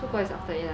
orh